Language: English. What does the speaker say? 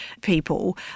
people